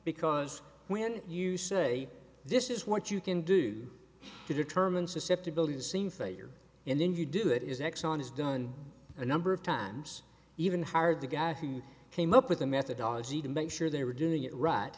because when you say this is what you can do to determine susceptibility the same failure and then you do it is exxon has done a number of times even hired the guy who came up with the methodology to make sure they were doing it right